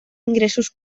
ingressos